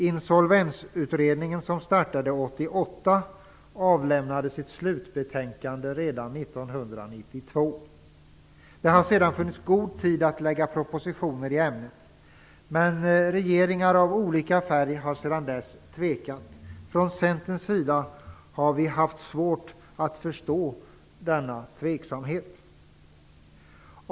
Insolvensutredningen, som startade 1988, avlämnade sitt slutbetänkande redan 1992. Det har sedan funnits god tid att lägga fram propositioner i ämnet. Men regeringar av olika färg har sedan dess tvekat. Från Centerns sida har vi haft svårt att förstå denna tveksamhet.